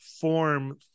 form